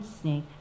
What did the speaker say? snake